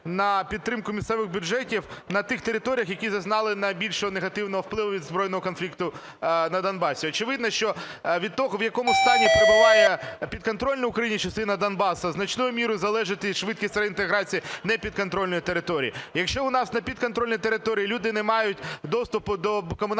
на підтримку місцевих бюджетів на тих територіях, які зазнали найбільшого негативного впливу від збройного конфлікту на Донбасі. Очевидно, що від того, в якому стані перебуває підконтрольна частина Донбасу значною мірою залежить і швидкість реінтеграції непідконтрольної території. Якщо у нас на підконтрольній території люди не мають доступу до комунальних